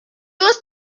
was